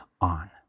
on